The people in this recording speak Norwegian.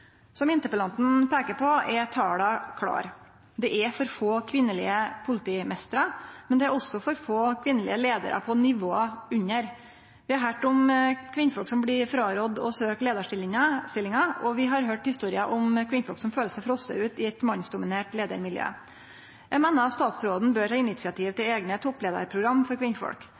Som interpellanten peikar på, er tala klare. Det er for få kvinnelege politimeistrar, men det er også for få kvinnelege leiarar på nivåa under. Vi har høyrt om kvinnfolk som blir rådde frå å søkje leiarstillingar, og vi har høyrt historier om kvinnfolk som føler seg frosne ut i eit mannsdominert leiarmiljø. Eg meiner statsråden bør ta initiativ til eigne toppleiarprogram for